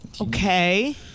Okay